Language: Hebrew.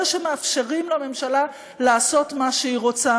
אלה שמאפשרים לממשלה לעשות מה שהיא רוצה.